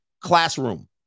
classroom